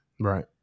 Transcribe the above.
Right